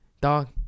Dog